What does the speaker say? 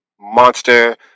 Monster